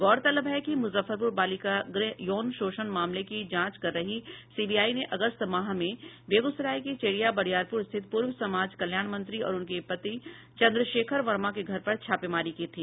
गौरतलब है कि मुजफ्फरपुर बालिका गृह यौन शोषण मामले की जांच कर रही सीबीआई ने अगस्त माह में बेगूसराय के चेरिया बरियारपूर स्थित पूर्व समाज कल्याण मंत्री और उनके पति चन्द्रशेखर वर्मा के घर पर छापेमारी की थी